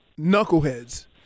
knuckleheads